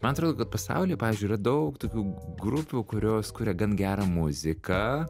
man atrodo kad pasauly pavyzdžiui yra daug tokių grupių kurios kuria gan gerą muziką